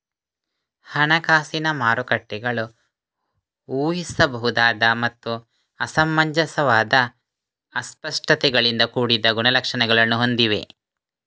ಹಣಕಾಸಿನ ಮಾರುಕಟ್ಟೆಗಳು ಊಹಿಸಬಹುದಾದ ಮತ್ತು ಅಸಮಂಜಸವಾದ ಅಸ್ಪಷ್ಟತೆಗಳಿಂದ ಕೂಡಿದ ಗುಣಲಕ್ಷಣಗಳನ್ನು ಹೊಂದಿವೆ